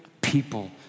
people